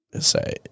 Say